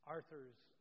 Arthur's